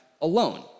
alone